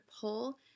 pull